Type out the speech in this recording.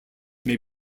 may